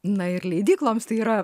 na ir leidykloms tai yra